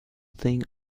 thing